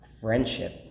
friendship